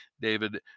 David